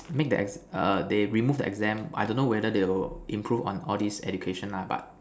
make the exam err they remove the exam I don't know whether they will improve on all this education lah but